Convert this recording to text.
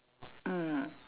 mm